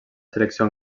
selecció